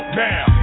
now